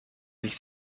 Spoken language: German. sich